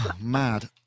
Mad